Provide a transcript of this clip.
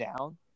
down